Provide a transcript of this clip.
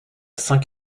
cinq